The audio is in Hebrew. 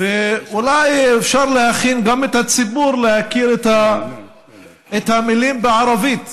אולי אפשר להכין את הציבור להכיר גם את המילים בערבית.